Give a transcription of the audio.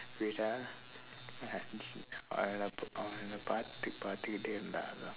wait ah ya let's see அவ என்னை பார்த்துக்கிட்டே இருந்தா அதான்:ava ennai paarththukkitdee irundthaa athaan